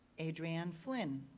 adrianne flynn.